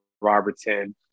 Robertson